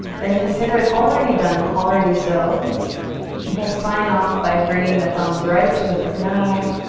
then consider it already done, already so and we'll sign off by bringing the thumbs right up to the third eye.